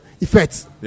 effects